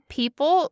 people